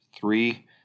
Three